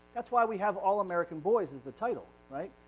that's why we have all american boys as the title, right?